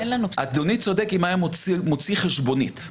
אדוני צודק אם היה מוציא חשבונית.